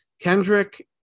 Kendrick